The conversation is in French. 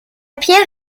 pierre